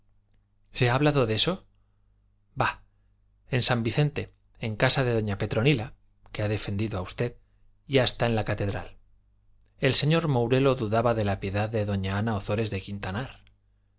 se ha hablado de eso bah en san vicente en casa de doña petronila que ha defendido a usted y hasta en la catedral el señor mourelo dudaba de la piedad de doña ana ozores de quintanar